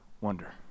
wonder